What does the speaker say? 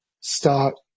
start –